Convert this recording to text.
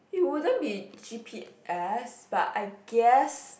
it wouldn't be G_p_S but I guess